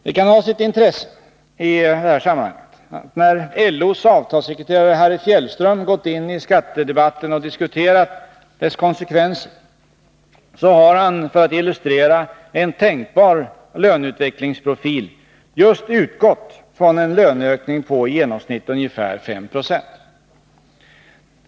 Det kan ha sitt intresse i sammanhanget att när LO:s avtalssekreterare Harry Fjällström gått in i skattedebatten och diskuterat dess konsekvenser, så har han, för att illustrera en tänkbar löneutvecklingsprofil, just utgått från en löneökning på i genomsnitt ungefär 5 90.